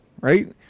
right